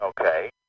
Okay